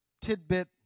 tidbit